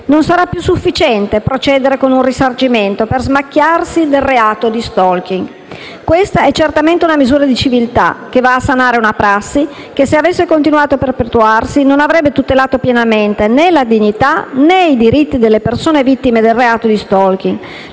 Non sarà più sufficiente procedere con un risarcimento per smacchiarsi del reato di *stalking*. Questa è certamente una misura di civiltà, che va a sanare una prassi che, se avesse continuato a perpetuarsi, non avrebbe tutelato pienamente né la dignità, né i diritti delle persone vittime del reato di *stalking*,